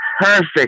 perfect